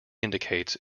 indicates